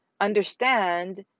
understand